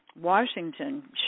Washington